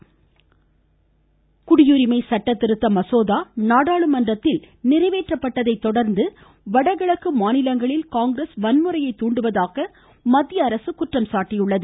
பிரகலாத் ஜோஷி குடியுரிமை சட்ட திருத்த மசோதா நாடாளுமன்றத்தில் நிறைவேற்றப்பட்டதை தொடர்ந்து வடகிழக்கு மாநிலங்களில் காங்கிரஸ் வன்முறையை தூண்டுவதாக மத்திய அரசு குற்றம் சாட்டியுள்ளது